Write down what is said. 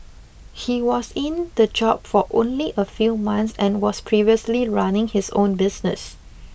he was in the job for only a few months and was previously running his own business